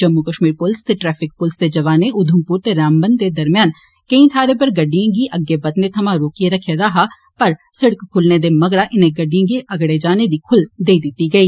जम्मू कश्मीर पुलस ते ट्रैफिक पुलसा दे जवाने उघमपुर ते रामबन दे दरम्यान केई थाहरें पर गड़िडएं गी अग्गे बघने थमां रोकी रक्खे दा हा पर सिड़क खुल्लने दे मगरा इनें गडि्डएं गी अगड़े जाने दी खुल्ल देई दित्ती गेई